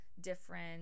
different